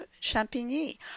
Champigny